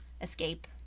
escape